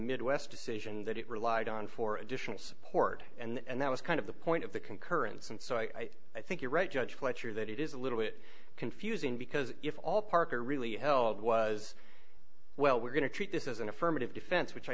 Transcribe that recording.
decision that it relied on for additional support and that was kind of the point of the concurrence and so i i think you're right judge fletcher that it is a little bit confusing because if all parker really held was well we're going to treat this as an affirmative defense which i